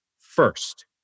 first